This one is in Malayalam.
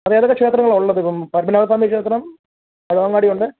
അതെ ഏതൊക്കെ ക്ഷേത്രങ്ങളാണ് ഉള്ളതിപ്പം പത്മനാഭസ്വാമി ക്ഷേത്രം പഴവങ്ങാടി ഉണ്ട്